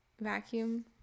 vacuum